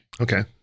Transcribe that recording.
okay